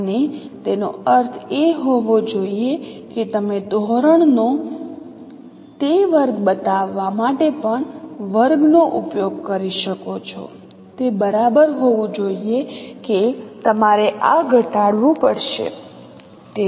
અને તેનો અર્થ એ હોવો જોઈએ કે તમે ધોરણનો તે વર્ગ બતાવવા માટે પણ વર્ગનો ઉપયોગ કરી શકો છો તે બરાબર હોવું જોઈએ કે તમારે આ ઘટાડવું પડશે